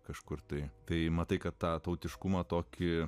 kažkur tai tai matai kad tą tautiškumą tokie